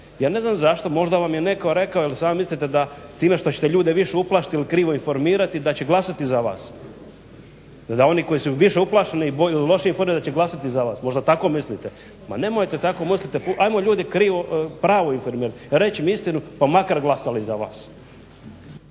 Ja ne znam zašto možda vam je netko rekao ili sami mislite da time što ćete ljude više uplašiti ili krivo informirati da će glasati za vas da oni koji se više uplaše i boje loše informe da će glasati za vas, možda tako mislite. Ma nemojte tako misliti, ajmo ljudi pravo informirati pa makar glasali za vas.